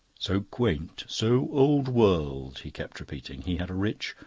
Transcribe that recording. so quaint, so old-world, he kept repeating. he had a rich,